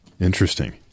Interesting